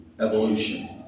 evolution